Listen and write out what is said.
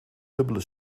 dubbele